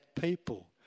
people